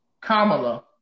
Kamala